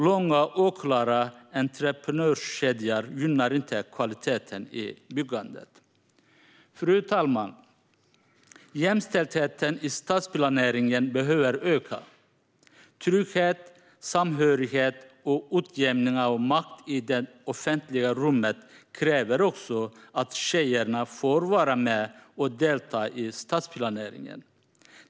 Långa, oklara entreprenörskedjor gynnar inte kvaliteten i byggandet. Fru talman! Jämställdheten i stadsplaneringen behöver öka. Trygghet, samhörighet och utjämning av makt i det offentliga rummet kräver att också tjejerna får vara med och delta i stadsplaneringen.